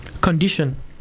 condition